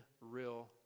real